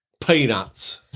Peanuts